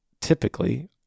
Typically